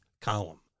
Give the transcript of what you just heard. column